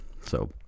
So-